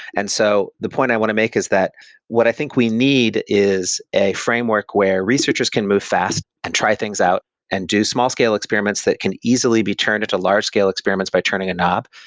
and so the point i want to make is that what i think we need is a framework where researchers can move fast and try things out and do small-scale experiments that can easily be turned into large-scale experiments by turning a knob.